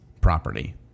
property